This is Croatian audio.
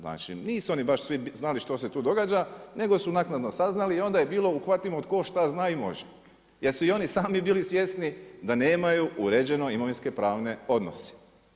Znači nisu oni baš svi znali što se tu događa nego su naknadno saznali i onda je bilo uhvatimo tko šta zna i može jer su i oni sami bili svjesni da nemaju uređeno imovinsko-pravne odnose.